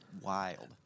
Wild